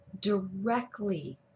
directly